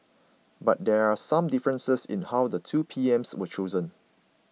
but there are some differences in how the two PMs were chosen